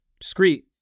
discrete